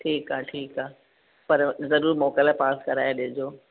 ठीकु आहे ठीकु आहे पर ज़रूरु मोकल पास कराइ ॾिजो